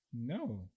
No